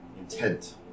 intent